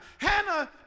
Hannah